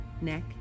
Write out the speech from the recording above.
neck